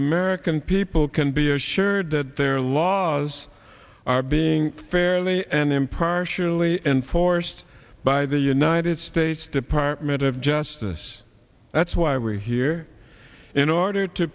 american people can be assured that their laws are being fairly and impartially enforced by the united states department of justice that's why we're here in order to